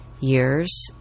years